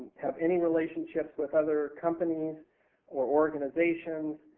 have any relationships with other companies or organizations,